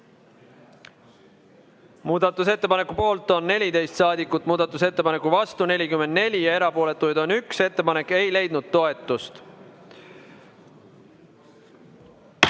Muudatusettepaneku poolt on 14 saadikut, muudatusettepaneku vastu on 44 ja erapooletuid on 1. Ettepanek ei leidnud toetust.